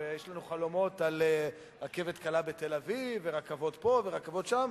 ויש לנו חלומות על רכבת קלה בתל-אביב ורכבות פה ורכבות שם,